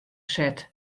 set